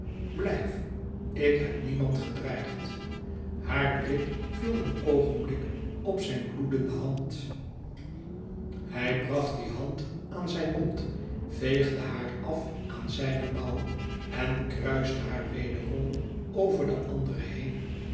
blijf ik heb niemand gedreigd haar blik viel een oogenblik op zijne bloedende hand hij bracht die hand aan zijn mond veegde haar af aan zijne mouw en kruiste haar wederom over de andere heen